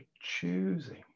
choosing